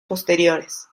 posteriores